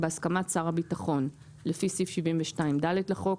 בהסכמת שר הביטחון לפי סעיף 72(ד) לחוק,